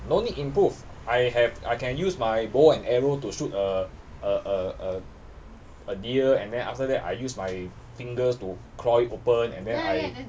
no need improve I have I can use my bow and arrow to shoot a a a a deer and then after that I use my fingers to claw it open and then I